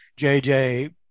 JJ